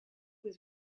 was